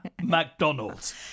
McDonald's